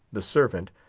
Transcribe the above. the servant,